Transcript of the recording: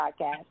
podcast